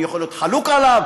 אני יכול להיות חלוק עליו,